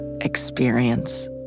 experience